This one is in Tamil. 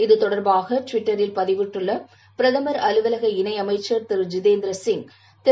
இது தொடர்பாக ட்விட்டரில் பதிவிட்டுள்ள பிரதமர் அலுவலக இணை அமைச்சர் திரு ஜிதேந்திர சிங் திரு